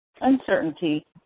uncertainty